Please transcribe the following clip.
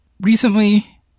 recently